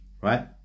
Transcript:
right